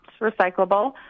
recyclable